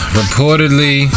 reportedly